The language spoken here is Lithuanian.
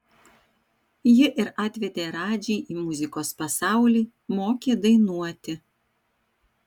ji ir atvedė radžį į muzikos pasaulį mokė dainuoti